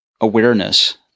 awareness